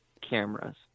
cameras